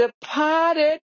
departed